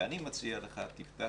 ואני מציע לך, תפתח